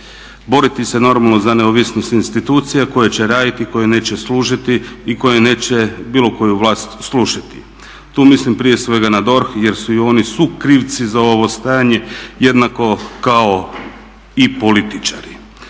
Boriti se normalno za neovisnost institucija koje će raditi, koje neće služiti i koje neće bilo koju vlast služiti. Tu mislim prije svega na DORH, jer su i oni sukrivci za ovo stanje, jednako kao i političari.